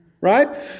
Right